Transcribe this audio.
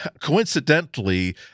coincidentally